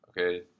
okay